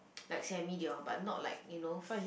like Sammy they all but not like you know f~